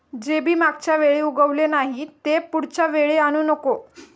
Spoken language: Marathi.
जे बी मागच्या वेळी उगवले नाही, ते पुढच्या वेळी आणू नको